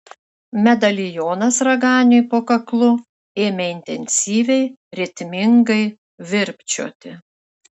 medalionas raganiui po kaklu ėmė intensyviai ritmingai virpčioti